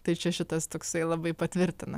tai čia šitas toksai labai patvirtina